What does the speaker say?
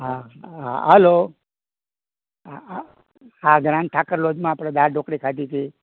હા હા હલો હા હા હા ઠાકર લોજમાં આપણે દાળ ઢોકળી ખાધી હતી